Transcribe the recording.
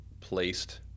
placed